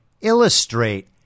illustrate